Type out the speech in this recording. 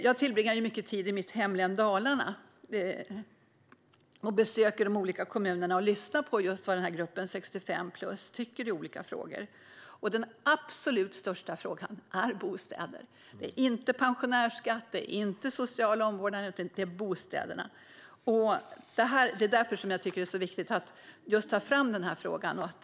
Jag tillbringar mycket tid i mitt hemlän Dalarna och besöker de olika kommunerna och lyssnar på vad gruppen 65-plus tycker i olika frågor. Den absolut största frågan är den om bostäder. Det är inte pensionärsskatt, det är inte social omvårdnad utan det är bostäderna. Det är därför som jag tycker att det är så viktigt att just ta fram den här frågan.